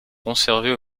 conservées